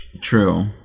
True